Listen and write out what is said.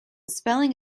spelling